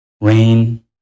Rain